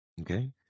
Okay